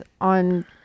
on